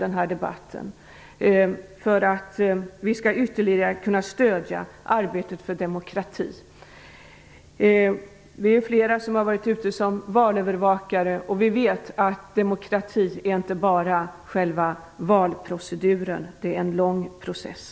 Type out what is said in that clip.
Genom det skall vi ytterligare kunna stödja arbetet för demokrati. Vi är flera som har varit ute som valövervakare. Vi vet att demokrati inte bara är själva valproceduren utan en lång process.